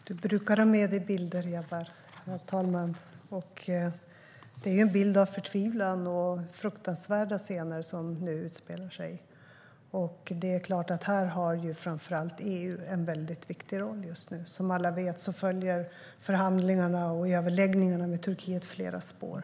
Herr talman! Jabar Amin brukar ha med sig bilder. Det är bilder av förtvivlan och av de fruktansvärda scener som nu utspelar sig. Här är det klart att framför allt EU har en viktig roll just nu. Som alla vet följer förhandlingarna och överläggningarna med Turkiet flera spår.